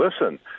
Listen